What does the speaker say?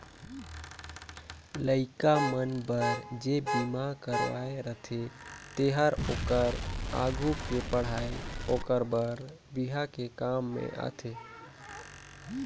लइका मन बर जे बिमा करवाये रथें तेहर ओखर आघु के पढ़ई ओखर बर बिहा के काम में आथे